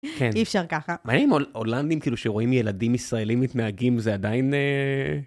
כן, אי אפשר ככה, מה עם הולנדים כאילו שרואים ילדים ישראלים מתנהגים, זה עדיין?